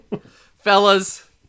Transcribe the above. Fellas